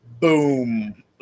Boom